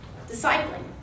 discipling